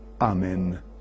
Amen